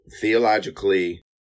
theologically